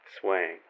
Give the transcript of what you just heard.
swaying